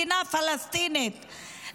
מדינה פלסטינית,